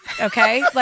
Okay